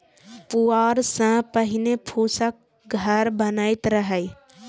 पुआर सं पहिने फूसक घर बनैत रहै